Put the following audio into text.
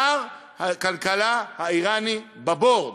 שר הכלכלה האיראני ב-board.